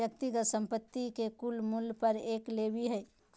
व्यक्तिगत संपत्ति के कुल मूल्य पर एक लेवी हइ